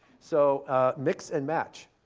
so mix and match,